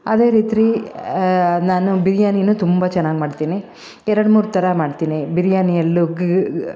ಅದೇ ರೀತಿ ನಾನು ಬಿರಿಯಾನಿನು ತುಂಬ ಚೆನ್ನಾಗಿ ಮಾಡ್ತೀನಿ ಎರಡು ಮೂರು ಥರ ಮಾಡ್ತೀನಿ ಬಿರಿಯಾನಿಯಲ್ಲು ಗ್